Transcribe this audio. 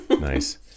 nice